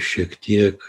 šiek tiek